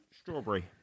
strawberry